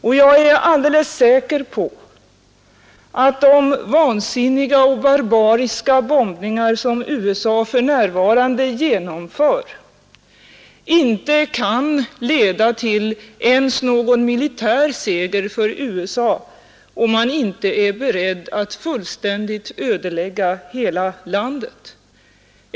Och jag är alldeles säker på att de vansinniga och barbariska bombningar som USA för närvarande genomför inte kan leda till ens någon militär seger för USA, om man inte är beredd att fullständigt ödelägga hela landet.